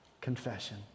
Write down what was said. Confession